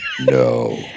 No